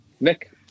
Nick